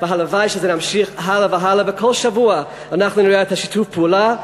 והלוואי שזה ימשיך הלאה והלאה וכל שבוע אנחנו נראה את שיתוף הפעולה.